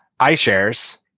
iShares